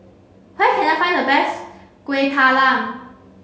where can I find the best Kueh Talam